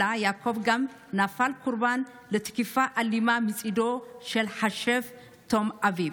אלא יעקב גם נפל קורבן לתקיפה אלימה מצידו של השף טום אביב.